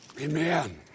Amen